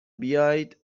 بیاید